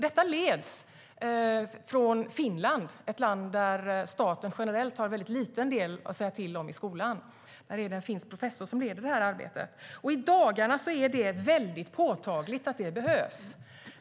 Detta leds från Finland - ett land där staten generellt har lite att säga till om i skolan. Det är en finsk professor som leder arbetet. I dagarna är det påtagligt att detta behövs.